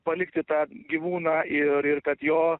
palikti tą gyvūną ir ir kad jo